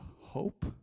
hope